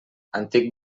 antic